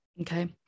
Okay